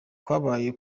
kwabaye